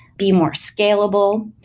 be more scalable,